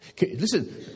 Listen